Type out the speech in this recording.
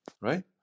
right